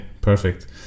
perfect